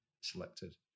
selected